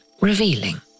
Revealing